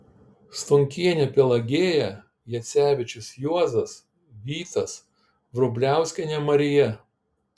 stonkienė pelagėja jacevičius juozas vytas vrubliauskienė marija